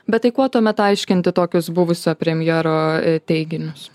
bet tai kuo tuomet aiškinti tokius buvusio premjero teiginius